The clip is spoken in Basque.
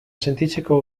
sentitzeko